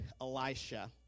Elisha